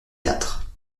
quatre